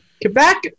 Quebec